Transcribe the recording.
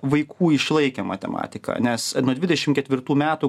vaikų išlaikė matematiką nes nuo dvidešim ketvirtų metų